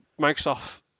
Microsoft